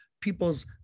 people's